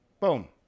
Boom